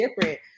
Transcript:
different